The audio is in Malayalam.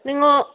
നിങ്ങൾ